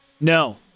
No